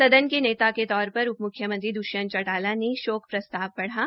सदन के नेता के तौर पर उप मुख्यमंत्री द्ष्यंत चौटाला ने शोक प्रस्ताव पढ़ा